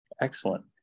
Excellent